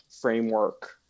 framework